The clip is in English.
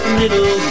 little